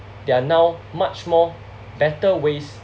there are now much more better ways